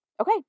Okay